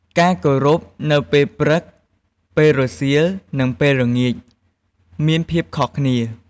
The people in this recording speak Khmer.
ការគោរពនៅពេលព្រឹក ពេលរសៀល និងពេលល្ងាច មានភាពខុសគ្នា។